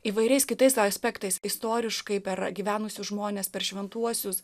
įvairiais kitais aspektais istoriškai per gyvenusius žmones per šventuosius